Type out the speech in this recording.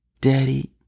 Daddy